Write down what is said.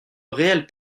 réelles